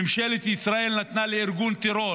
ממשלת ישראל נתנה לארגון טרור